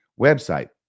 website